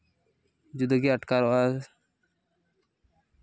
ᱡᱩᱫᱟᱹᱜᱮ ᱟᱴᱠᱟᱨᱚᱜᱼᱟ